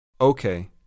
Okay